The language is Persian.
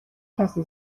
کسی